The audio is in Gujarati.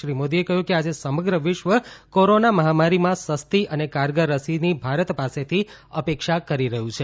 શ્રી મોદીએ કહ્યું કે આજે સમગ્ર વિશ્વ કોરોના મહામારીમાં સસ્તી અને કારગર રસીની ભારત પાસેથી અપેક્ષા કરી રહ્યું છે